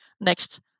next